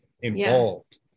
involved